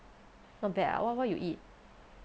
not bad ah what what you eat